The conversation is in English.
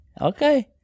Okay